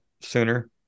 sooner